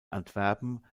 antwerpen